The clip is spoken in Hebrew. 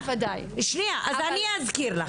אז אני אזכיר לך.